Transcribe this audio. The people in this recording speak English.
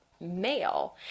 male